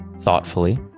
thoughtfully